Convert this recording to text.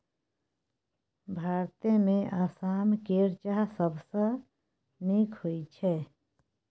भारतमे आसाम केर चाह सबसँ नीक होइत छै